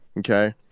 ok?